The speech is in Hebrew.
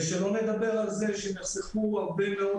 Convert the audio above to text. ושלא נדבר על זה שהם יחסכו הרבה מאוד